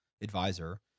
advisor